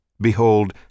Behold